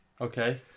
Okay